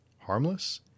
harmless